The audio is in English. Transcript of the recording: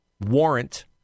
warrant